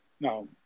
No